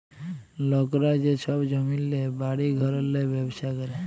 লকরা যে ছব জমিল্লে, বাড়ি ঘরেল্লে ব্যবছা ক্যরে